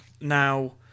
Now